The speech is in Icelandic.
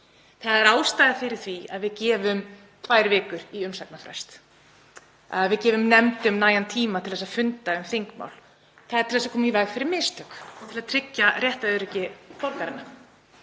Það er ástæða fyrir því að við gefum tvær vikur í umsagnarfrest, að við gefum nefndum nægan tíma til að funda um þingmál. Það er til þess að koma í veg fyrir mistök og til að tryggja réttaröryggi borgaranna.